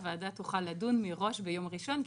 הוועדה תוכל לדון מראש ביום ראשון.